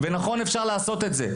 ונכון, אפשר לעשות את זה.